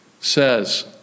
says